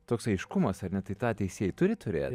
toks aiškumas ar ne tai tą teisėjai turi turėt